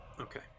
Okay